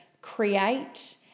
create